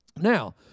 Now